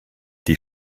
die